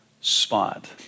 spot